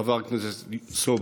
חבר הכנסת סובה.